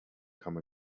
come